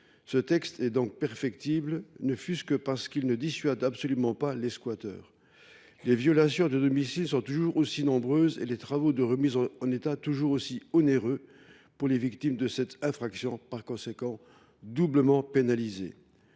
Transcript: Ce texte est donc perfectible, ne serait ce que parce qu’il ne dissuade absolument pas les squatteurs. Les violations de domicile sont toujours aussi nombreuses et les travaux de remise en état toujours aussi onéreux pour les victimes de cette infraction, qui sont donc doublement pénalisées.